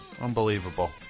Unbelievable